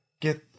get